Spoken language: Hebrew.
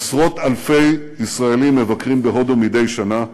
עשרות-אלפי ישראלים מבקרים בהודו מדי שנה,